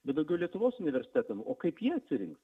bet daugiau lietuvos universitetam o kaip jie atsirinks